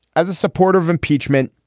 as a supporter of impeachment,